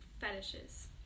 fetishes